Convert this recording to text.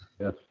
Yes